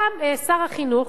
בא שר החינוך,